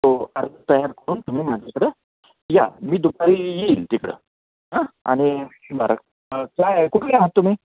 तो अर्ज तयार करून तुम्ही माझ्याकडं या मी दुपारी येईन तिकडं हा आणि बरं काय आहे कुठले आहात तुम्ही